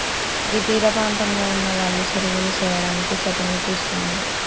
గీ తీరపాంతంలో ఉన్నవాళ్లు సెరువులు సెయ్యడానికి సెట్లను తీస్తున్నరు